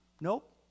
Nope